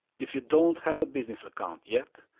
if you don't have a business account yet,